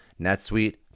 NetSuite